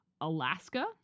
alaska